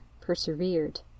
persevered